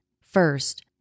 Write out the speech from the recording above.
First